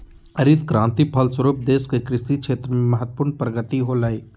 हरित क्रान्ति के फलस्वरूप देश के कृषि क्षेत्र में महत्वपूर्ण प्रगति होलय